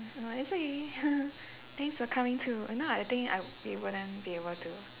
no it's okay thanks for coming too if not I think I we wouldn't be able to